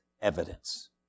evidence